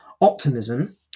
Optimism